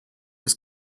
was